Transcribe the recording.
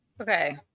Okay